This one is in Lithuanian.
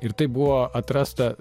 ir tai buvo atrasta